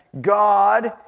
God